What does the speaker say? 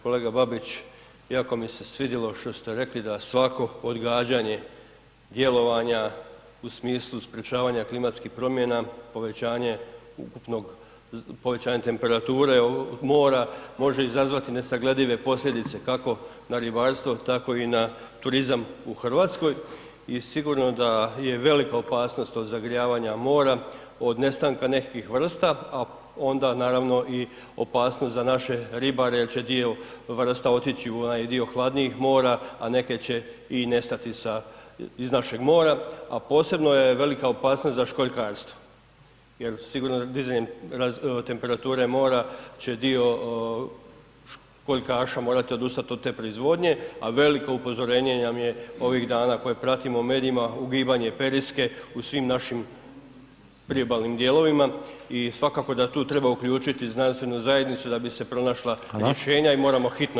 Kolega Babić jako mi se svidjelo što ste rekli da svako odgađanje djelovanja u smislu sprečavanja klimatskih promjena, povećanje ukupnog, povećanje temperature mora može izazvati nesagledive posljedice, kako na ribarstvo, tako i na turizam u Hrvatskoj, i sigurno da je velika opasnost od zagrijavanja mora, od nestanka nekih vrsta, a onda naravno i opasnost za naše ribare jer će dio vrsta otići u onaj dio hladnijih mora, a neke će i nestati sa, iz našeg mora, a posebno je velika opasnost za školjkarstvo jer sigurno da dizanjem temperature mora će dio školjkaša morati odustati od te proizvodnje, a veliko upozorenje nam je ovih dana koje pratimo u medijima ugibanje Periske u svim našim priobalnim dijelovima i svakako da tu treba uključiti znanstvenu zajednicu da bi se pronašla rješenja i moramo hitno djelovati.